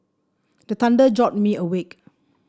the thunder jolt me awake